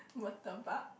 murtabak